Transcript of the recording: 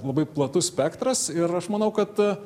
labai platus spektras ir aš manau kad